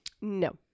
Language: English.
No